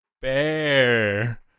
Bear